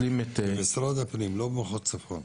משרד הפנים לא במחוז צפון?